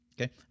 Okay